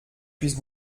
puisse